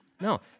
No